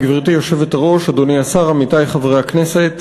גברתי היושבת-ראש, אדוני השר, עמיתי חברי הכנסת,